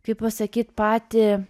kaip pasakyt patį